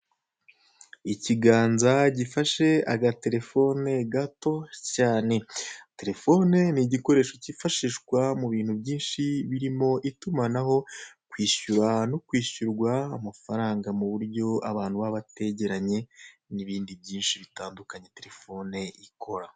Ikiganza gifashe agatelefone gato cyane, telefone ni igikoresho kifashishwa mu bintu byinshi birimo itumanaho, kwishyura no kwishyurwa, amafaranga mu buryo abantu baba bategeranye n'ibindi byinshi bitandukanye telefone ikora.